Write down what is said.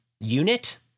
unit